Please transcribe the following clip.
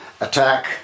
attack